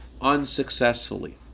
unsuccessfully